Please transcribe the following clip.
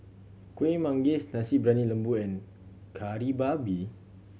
Kueh Manggis Nasi Briyani Lembu and Kari Babi